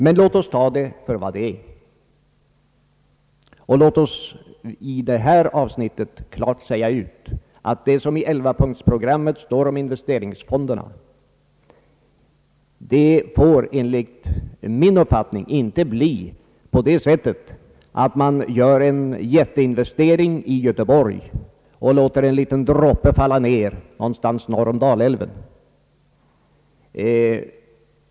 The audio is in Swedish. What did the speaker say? Men låt oss ta det hela för vad det är, och låt mig i detta avsnitt klart säga ut att det som står i [1-punktsprogrammet om investeringsfonderna inte får komma att förverkligas på det sättet att man gör en jätteinvestering i Göteborg och låter en liten droppe falla ned någonstans norr om Dalälven.